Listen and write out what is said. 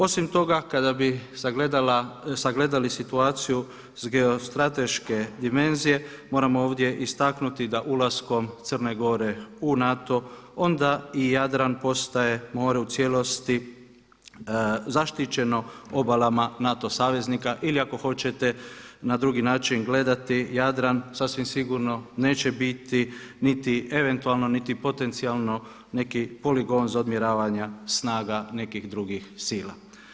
Osim toga, kada bi sagledali situaciju sa geostrateške dimenzije moram ovdje istaknuti da ulaskom Crne Gore u NATO onda i Jadran postaje more u cijelosti zaštićeno obalama NATO saveznika ili ako hoćete na drugi način gledati Jadran sasvim sigurno neće biti niti eventualno niti potencijalno neki poligon za odmjeravanja snaga nekih drugih sila.